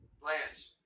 Blanche